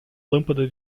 lâmpada